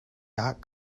dot